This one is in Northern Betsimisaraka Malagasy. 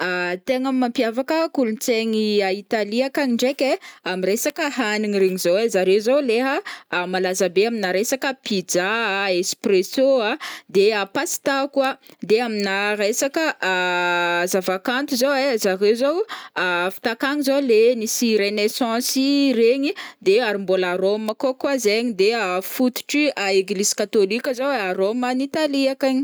Tegna mampiavaka kolontsaigny Italia akagny ndraiky ai, ami resaka hanigny regny zao ai, zareo za leha malaza be amina resaka pizza a, esspresô a,de pasta koa. De amina resaka zavakanto zô ai, zareo zôo avy takagny zô le nisy renaissance ii regny de ary mbôla Rome koa-kô zegny de fototry eglizy katolika zao ai Rome agny Italia akagny.